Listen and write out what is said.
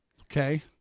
Okay